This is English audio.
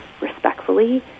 respectfully